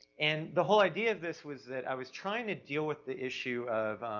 and the whole idea of this was that i was trying to deal with the issue of